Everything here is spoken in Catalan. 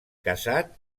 casat